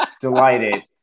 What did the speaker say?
delighted